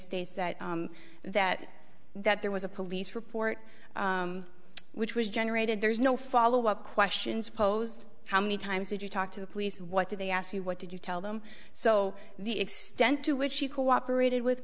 states that that that there was a police report which was generated there is no follow up questions posed how many times did you talk to the police what did they ask you what did you tell them so the extent to which he cooperated with